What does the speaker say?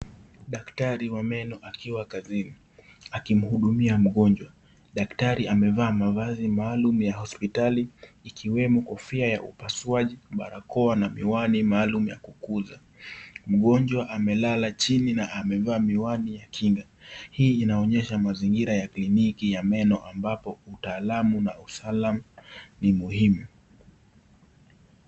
Daktari wa meno akiwa kazini akimhudumia mgonjwa. Daktari amevaa mavazi maalum ya hospitali, ikiwemo kofia ya upasuaji, barakoa na miwani maalum ya kukuza. Mgonjwa amelala chini na amevaa miwani ya kinga. Hii inaonyesha mazingira ya kliniki ya meno ambapo utaalamu na usalama ni muhimu.